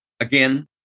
Again